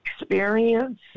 experience